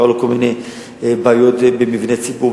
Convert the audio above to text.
קרו לו כל מיני בעיות במבני ציבור,